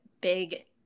big